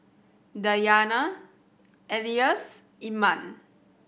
Dayana Elyas Iman